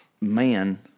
man